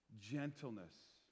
Gentleness